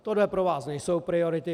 Tohle pro vás nejsou priority.